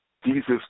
Jesus